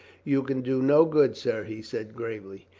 you can do no good, sir, he said gravely.